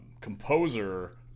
Composer